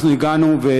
אנחנו הגענו,